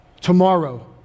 tomorrow